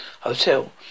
hotel